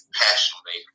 passionately